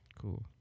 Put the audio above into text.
Cool